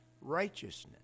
righteousness